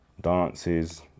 dances